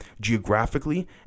geographically